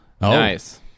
Nice